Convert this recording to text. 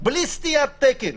בלי סטיית תקן.